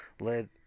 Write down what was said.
led